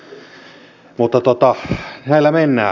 mutta näillä mennään